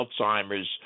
Alzheimer's